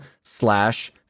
slash